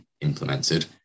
implemented